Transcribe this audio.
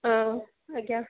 ହଁ ଆଜ୍ଞା